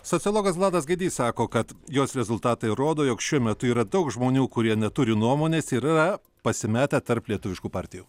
sociologas vladas gaidys sako kad jos rezultatai rodo jog šiuo metu yra daug žmonių kurie neturi nuomonės yra pasimetę tarp lietuviškų partijų